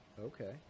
Okay